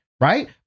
right